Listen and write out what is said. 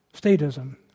statism